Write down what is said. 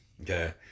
Okay